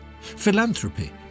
Philanthropy